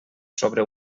sobre